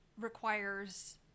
requires